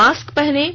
mask पहनें